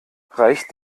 reicht